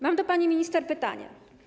Mam do pani minister pytania.